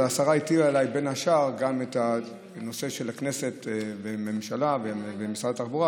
אבל השרה הטילה עליי בין השאר את הנושא של הכנסת והממשלה ומשרד התחבורה,